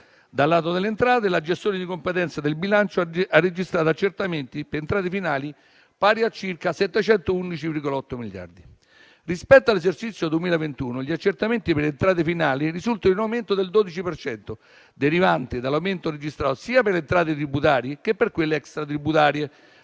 Dal lato delle entrate, la gestione di competenza del bilancio ha registrato accertamenti per entrate finali pari a circa 711,8 miliardi. Rispetto all'esercizio 2021, gli accertamenti per entrate finali risultano in aumento del 12 per cento, derivante dall'aumento registrato sia per le entrate tributarie che per quelle extratributarie,